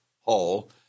hall